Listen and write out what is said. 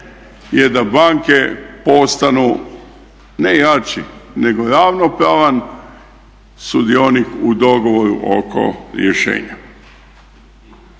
je da banke postanu ne jači nego ravnopravan sudionik u dogovoru oko rješenja.